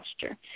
gesture